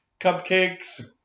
cupcakes